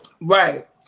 Right